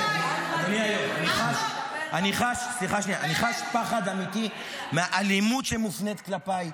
אני חש פחד אמיתי מהאלימות שמופנית כלפיי,